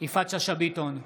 יפעת שאשא ביטון,